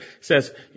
says